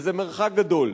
וזה מרחק גדול.